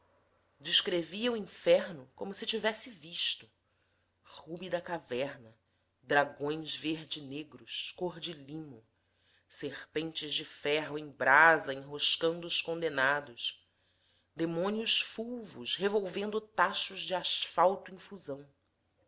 descrevia o inferno como se tivesse visto rúbida caverna dragões verde negros cor de limo serpentes de ferro em brasa enroscando os condenados demônios fulvos revolvendo tachos de asfalto em fusão